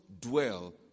dwell